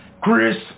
Chris